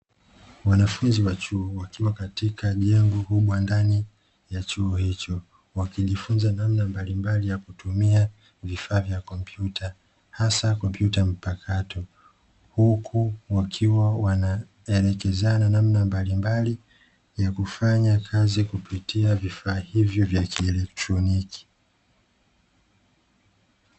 Wanafunzi wa chuo wakiwa katika jengo kubwa ndani ya chuo hicho, wakijifunza namna mbalimbali ya kutumia vifaa vya kompyuta hasa kompyuta mpakato. Huku wakiwa wanaelekezana namna mbalimbali ya kufanya kazi kupitia vifaa hivyo vya kielektroniki.